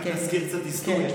רק נזכיר קצת היסטוריה.